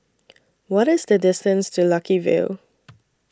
What IS The distance to Lucky View